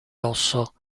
rosso